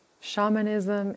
Shamanism